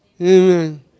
Amen